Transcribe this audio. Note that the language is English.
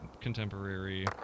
contemporary